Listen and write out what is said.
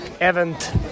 event